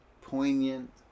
poignant